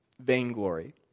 Vainglory